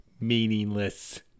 meaningless